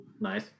Nice